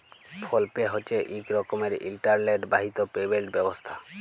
ফোল pay হছে ইক রকমের ইলটারলেট বাহিত পেমেলট ব্যবস্থা